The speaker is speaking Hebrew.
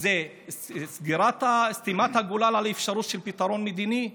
זה סתימת הגולל על האפשרות של פתרון מדיני.